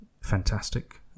fantastic